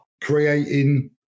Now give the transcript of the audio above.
creating